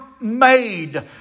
made